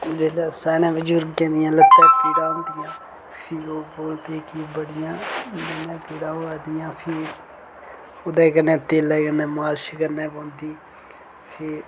जेल्लै सेयाने बुजुर्गें दियां लत्तां पीड़ा होंदियां फ्ही ओह् बोलदे कि बड़ियां पीड़ां होआ दियां फ्ही ओह्दे कन्नै तेलै कन्नै मालश करना पौंदी फ्ही